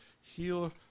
Heal